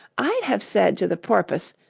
i'd have said to the porpoise,